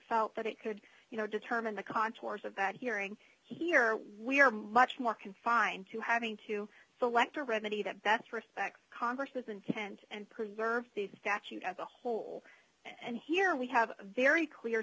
felt that it could you know determine the contours of that hearing here we are much more confined to having to select a remedy that death respects congressman kent and preserve the statute as a whole and here we have a very clear